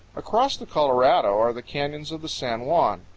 across the colorado are the canyons of the san juan,